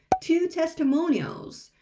two testimonials,